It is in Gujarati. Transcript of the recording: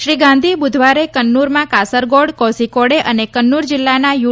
શ્રી ગાંધી બૂધવારે કન્નરમા કાસરગોડ કોઝીકોડે અને કન્નુર જિલ્લાના યુ